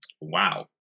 Wow